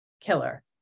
killer